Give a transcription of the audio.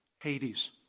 Hades